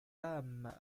âmes